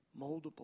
moldable